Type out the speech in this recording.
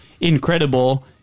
incredible